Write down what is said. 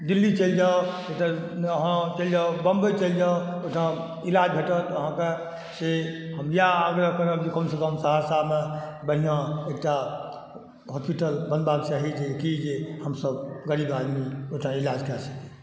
दिल्ली चलि जाउ अहाँ चलि जाउ बम्बइ चलि जाउ ओहि ठाम इलाज भेटत अहाँके से हम यएह आग्रह करब जे कम से कम सहरसामे बढ़िऑं एक टा हॉस्पिटल बनबाके चाही जे कि जे हमसभ गरीब आदमी ओतऽ इलाज करा सकी